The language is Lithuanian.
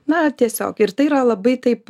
na tiesiog ir tai yra labai taip